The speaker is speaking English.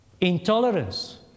intolerance